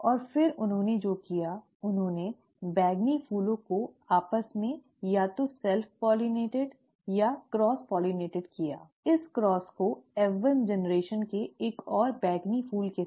और फिर उन्होंने जो किया उन्होंने बैंगनी फूलों को आपस में या तो स्वयं परागण या क्रॉस परागित किया ठीक है इस क्रॉस को F1 पीढ़ी के एक और बैंगनी फूल के साथ